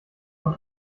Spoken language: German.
von